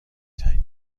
تنگ